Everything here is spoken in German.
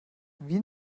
wie